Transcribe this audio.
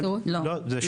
זה בנפרד.